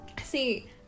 see